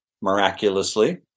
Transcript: miraculously